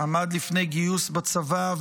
עמד לפני גיוס לצבא,